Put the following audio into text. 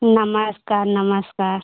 नमस्कार नमस्कार